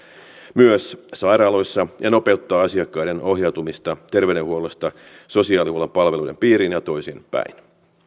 myös sairaaloissa ja nopeuttaa asiakkaiden ohjautumista terveydenhuollosta sosiaalihuollon palvelujen piiriin ja toisinpäin